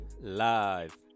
live